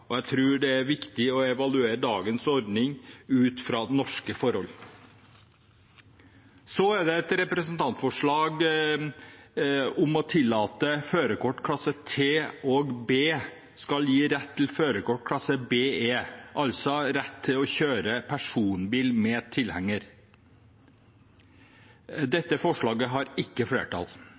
og jeg tror det er viktig å evaluere dagens ordning ut fra norske forhold. Så er det et representantforslag om å tillate at førerkort klasse T og B skal gi rett til førerkort klasse BE, altså rett til å kjøre personbil med tilhenger. Dette forslaget har ikke flertall.